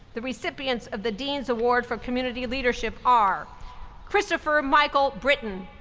the recipients of the dean's award for community leadership are christopher michael britten,